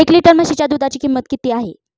एक लिटर म्हशीच्या दुधाची किंमत किती आहे?